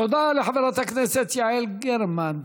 תודה לחברת הכנסת יעל גרמן.